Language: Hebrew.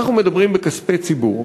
אנחנו מדברים בכספי ציבור.